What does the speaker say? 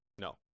No